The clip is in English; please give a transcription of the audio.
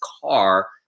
car